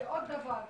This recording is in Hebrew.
ועוד דבר,